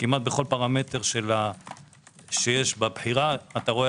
כמעט בכל פרמטר שיש בבחירה אתה רואה